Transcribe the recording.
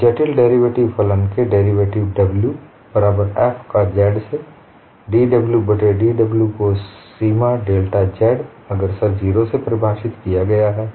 एक जटिल डेरिवेटिव फलन के डेरिवेटिव w बराबर f का z से dw बट्टे dw को सीमा डेल्टा z अग्रसर 0से परिभाषित किया गया है